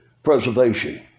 Preservation